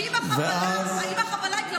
כי אם החבלה היא כלפי ההורים,